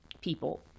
people